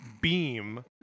beam